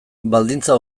baldintza